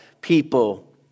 people